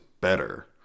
better